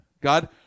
God